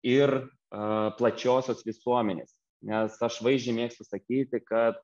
ir a plačiosios visuomenės nes aš vaizdžiai mėgstu sakyti kad